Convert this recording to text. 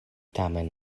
tamen